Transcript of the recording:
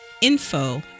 info